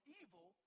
evil